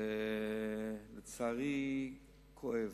ולצערי כואב.